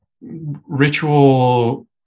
ritual